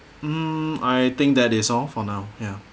mm I think that is all for now ya